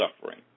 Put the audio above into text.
suffering